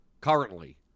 currently